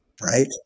right